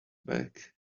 back